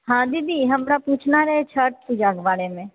हँ दीदी हमरा पूछना रहै छठि पूजा के बारे मे